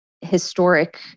historic